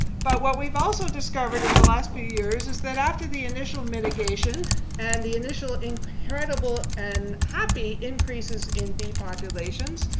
but what we've also discovered in the last few years is that after the initial mitigation and the initial inheritable and happy increases in bee populations,